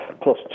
Plus